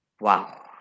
Wow